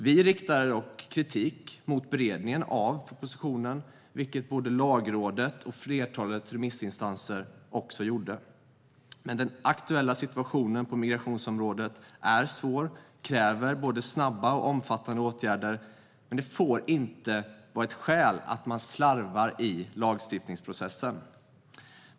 Vi riktade dock kritik mot beredningen av propositionen, vilket både Lagrådet och flertalet remissinstanser också gjorde. Den aktuella situationen på migrationsområdet är svår och kräver både snabba och omfattande åtgärder, men den får inte vara ett skäl för slarv i lagstiftningsprocessen.